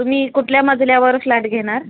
तुम्ही कुठल्या मजल्यावर फ्लॅट घेणार